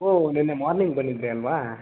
ಓ ನಿನ್ನೆ ಮಾರ್ನಿಂಗ್ ಬಂದಿದ್ದಿರಿ ಅಲ್ಲವಾ